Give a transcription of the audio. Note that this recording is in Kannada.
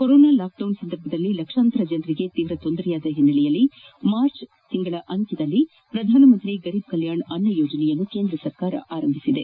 ಕೋರೋನಾ ಲಾಕ್ ಡೌನ್ ಸಂದರ್ಭದಲ್ಲಿ ಲಕ್ಷಾಂತರ ಜನರಿಗೆ ತೀವ್ರ ತೊಂದರೆಯಾದ ಹಿನ್ನೆಲೆಯಲ್ಲಿ ಕಳೆದ ಮಾರ್ಚ್ ಅಂತ್ಯದಲ್ಲಿ ಪ್ರಧಾನಮಂತ್ರಿ ಗರೀಬ್ ಕಲ್ಯಾಣ್ ಅನ್ನ ಯೋಜನೆಯನ್ನು ಆರಂಭಿಸಲಾಗಿದೆ